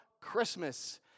Christmas